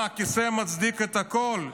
מה, הכיסא מצדיק את הכול?